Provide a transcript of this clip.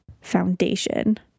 foundation